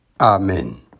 Amen